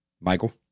Michael